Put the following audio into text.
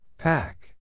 Pack